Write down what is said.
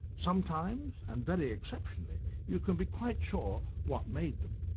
sometimes, and very exceptionally, you can be quite sure what made them.